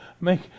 make